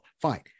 Fine